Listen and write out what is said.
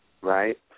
Right